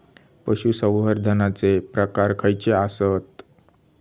पशुसंवर्धनाचे प्रकार खयचे आसत?